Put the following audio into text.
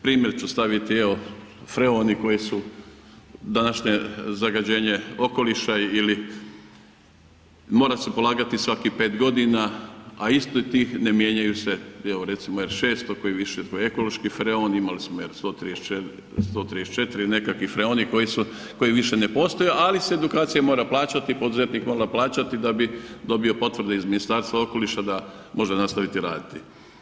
Primjer ću staviti freoni koji su današnje zagađenje okoliša ili mora se polagati svakih pet godina, a isti tih ne mijenjaju se evo recimo R 600 koji više ekološki freon imali smo R 134 i nekakvi freoni koji više ne postoje ali se edukacija mora plaćati i poduzetnik mora plaćati da bi dobio potvrde iz Ministarstva okoliša da može nastaviti raditi.